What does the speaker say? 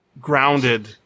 grounded